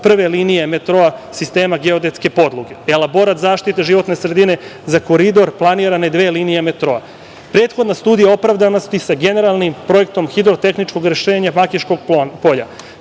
prve linije metroa sistema geodetske podloge, elaborat zaštite životne sredine za koridor planirane dve linije metroa, prethodna studija opravdanosti sa generalnim projektom hidrotehničkog rešenja Makiškog polja,